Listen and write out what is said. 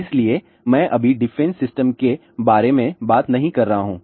इसलिए मैं अभी डिफेंस सिस्टम के बारे में बात नहीं कर रहा हूं